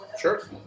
Sure